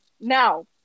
Now